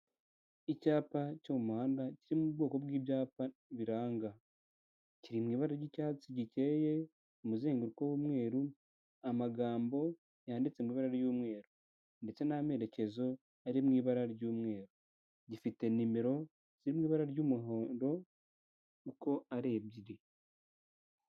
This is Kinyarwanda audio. Icyapa cyo mu muhanda kiri mu bwoko bw'ibyapa biranga. Kiri mu ibara ry'icyatsi gikeye, umuzenguruko w'umweru, amagambo yanditse mu ibara ry'umweru ndetse n'amerekezo ari mu ibara ry'umweru. Gifite nimero ziri mu ibara ry'umuhondo uko ari ebyiri.